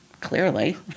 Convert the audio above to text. clearly